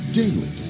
daily